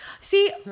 See